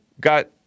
got